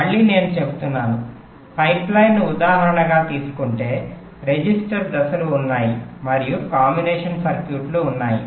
మళ్ళీ నేను చెపుతున్నాను పైప్లైన్ను ఉదాహరణగా తీసుకుంటే రిజిస్టర్ దశలు ఉన్నాయి మరియు కాంబినేషన్ సర్క్యూట్లు ఉన్నాయి